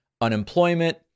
unemployment